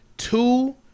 Two